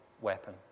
weapon